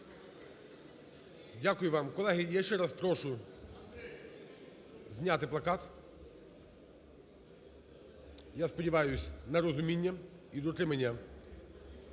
Дякую вам. Колеги, я ще раз прошу зняти плакат. Я сподіваюсь на розуміння і дотримання